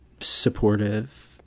supportive